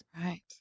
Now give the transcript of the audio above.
Right